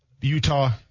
Utah